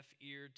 ear